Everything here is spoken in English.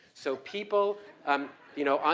so, people um you know,